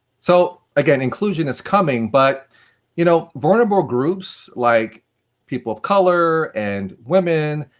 so, again, inclusion is coming, but you know vulnerable groups, like people of colour, and women,